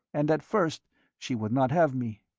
and at first she would not have me.